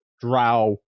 drow